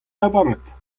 lavaret